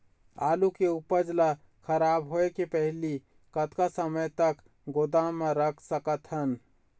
आलू के उपज ला खराब होय के पहली कतका समय तक गोदाम म रख सकत हन?